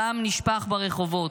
דם נשפך ברחובות,